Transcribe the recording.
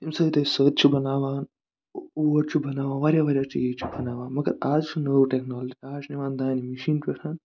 ییٚمہِ سۭتۍ أسۍ سوت ثھِ بَناوان اوٹ چھِ بَناوان واریاہ واریاہ چیٖز چھِ بَناان مَگر آز چھِ نٔوۍ ٹٮ۪کنالجی آز چھُنہٕ یِوان دانہِ مِشیٖن پٮ۪ٹھ